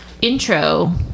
intro